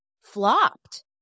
flopped